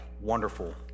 Wonderful